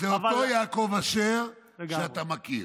זה אותו יעקב אשר שאתה מכיר.